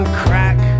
crack